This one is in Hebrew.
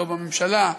לא בממשלה,